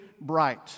bright